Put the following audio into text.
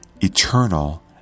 eternal